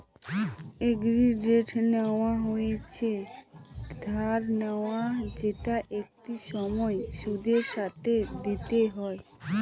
credit নেওয়া হচ্ছে ধার নেওয়া যেটা একটা সময় সুদের সাথে দিতে হয়